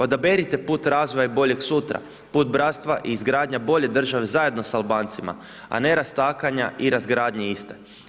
Odaberite put razvoja boljeg sutra, put bratstva i izgradnje bolje države, zajedno sa Albancima, a ne rastakanja i razgradnje je iste.